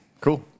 Cool